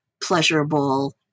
pleasurable